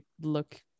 look